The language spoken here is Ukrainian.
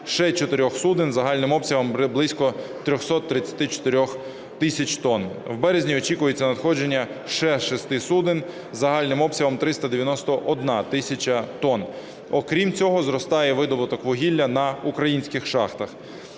ще 4 суден загальним обсягом близько 334 тисяч тонн. В березні очікується надходження ще 6 суден із загальним обсягом 391 тисяча тонн. Окрім цього, зростає видобуток вугілля на українських шахтах.